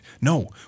No